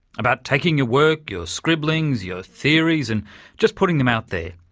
about taking your work, your scribblings, your theories and just putting them out there.